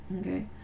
okay